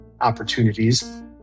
opportunities